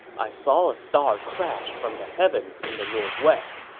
i saw a star crash from the heavens in the northwest.